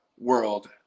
World